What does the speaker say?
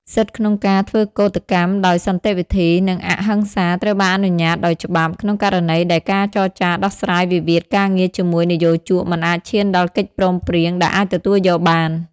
សិទ្ធិក្នុងការធ្វើកូដកម្មដោយសន្តិវិធី និងអហិង្សាត្រូវបានអនុញ្ញាតដោយច្បាប់ ក្នុងករណីដែលការចរចាដោះស្រាយវិវាទការងារជាមួយនិយោជកមិនអាចឈានដល់កិច្ចព្រមព្រៀងដែលអាចទទួលយកបាន។